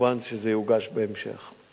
כמובן שזה יוגש בהמשך.